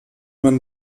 man